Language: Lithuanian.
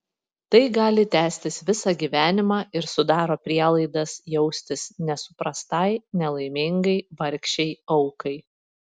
tai gali tęstis visą gyvenimą ir sudaro prielaidas jaustis nesuprastai nelaimingai vargšei aukai